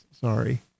sorry